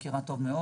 נקודה.